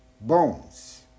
bones